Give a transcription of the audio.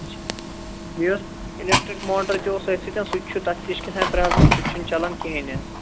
electric motor تہِ اوس ییٚتین سُہ تہِ چھُ تَتھ تہِ چھِ کہتام پرابلِم سُہ تہِ چھُنہٕ چلان کِہیٖنۍ حظ